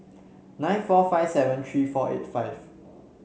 nine four five seven three four eight five